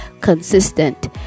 consistent